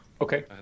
Okay